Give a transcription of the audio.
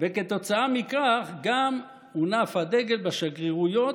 וכתוצאה מכך גם הונף הדגל בשגרירויות,